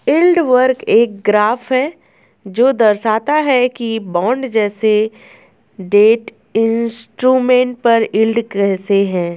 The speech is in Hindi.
यील्ड कर्व एक ग्राफ है जो दर्शाता है कि बॉन्ड जैसे डेट इंस्ट्रूमेंट पर यील्ड कैसे है